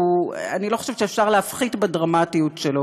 אני לא חושבת שאפשר להפחית בדרמטיות שלו.